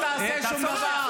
תשב בשקט.